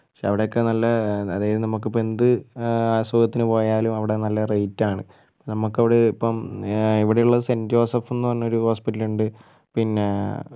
പക്ഷെ അവിടെയൊക്കെ നല്ല അതായത് നമ്മൾക്കിപ്പോൾ എന്ത് അസുഖത്തിന് പോയാലും അവിടെ നല്ല റേറ്റാണ് നമുക്കവിടെ ഇപ്പം ഇവിടെയുള്ള സെൻ്റ് ജോസഫെന്ന് പറയുന്ന ഹോസ്പിറ്റലുണ്ട് പിന്നെ